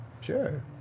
Sure